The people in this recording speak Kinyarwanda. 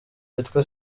witwa